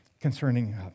concerning